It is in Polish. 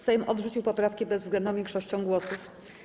Sejm odrzucił poprawki bezwzględną większością głosów.